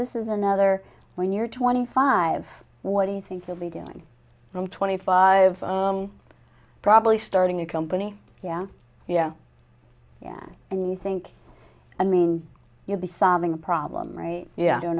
this is another when you're twenty five what do you think you'll be doing from twenty five probably starting a company yeah yeah yeah and you think i mean you'd be solving a problem right yeah i don't